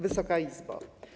Wysoka Izbo!